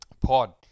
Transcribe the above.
pod